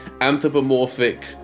anthropomorphic